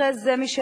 מזה.